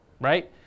right